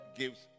gives